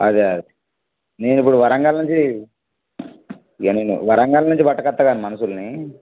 అదే నేను ఇప్పుడు వరంగల్ నుంచి ఇక నేను వరంగల్ నుంచి పట్టుకొత్తా గానీ మనుషులని